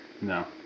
No